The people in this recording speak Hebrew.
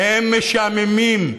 הם משעממים.